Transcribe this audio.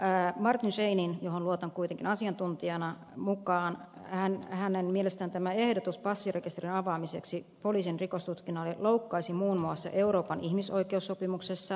martin scheininin mielestä johon luotan kuitenkin asiantuntijana mukaan hän ja hänen mielestään tämä ehdotus passirekisterin avaamiseksi poliisin rikostutkinnalle loukkaisi muun muassa euroopan ihmisoikeussopimuksessa turvattua yksityisyyden suojaa